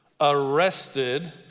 arrested